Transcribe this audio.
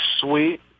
sweet